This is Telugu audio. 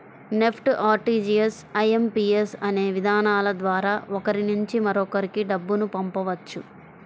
నెఫ్ట్, ఆర్టీజీయస్, ఐ.ఎం.పి.యస్ అనే విధానాల ద్వారా ఒకరి నుంచి మరొకరికి డబ్బును పంపవచ్చు